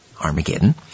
Armageddon